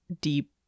deep